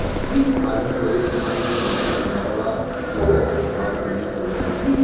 आदमी वही समान मे पइसा लगावला जेकर भाव तेजी से बढ़ला